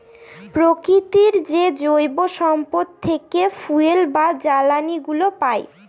প্রকৃতির যে জৈব সম্পদ থেকে ফুয়েল বা জ্বালানিগুলো পাই